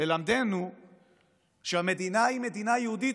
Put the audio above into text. ללמדנו שהמדינה היא מדינה יהודית,